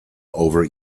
over